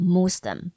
Muslim，